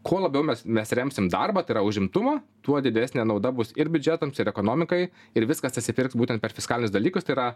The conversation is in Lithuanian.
kuo labiau mes mes remsim darbą tai yra užimtumą tuo didesnė nauda bus ir biudžetams ir ekonomikai ir viskas atsipirks būtent per fiskalinius dalykus tai yra